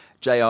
JR